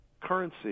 currency